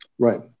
Right